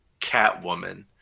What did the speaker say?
Catwoman